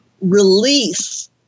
release